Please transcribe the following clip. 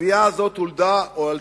הצורך הזה קיים, וממשיך להיות